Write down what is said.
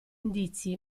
indizi